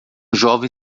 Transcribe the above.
jovem